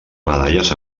medalles